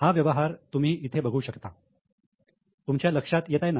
हा व्यवहार तुम्ही इथे बघू शकता तुमच्या लक्षात येतं ना